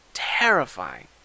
terrifying